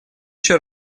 еще